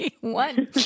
one